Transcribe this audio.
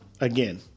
again